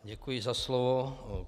Děkuji za slovo.